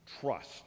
trust